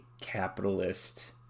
capitalist